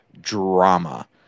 drama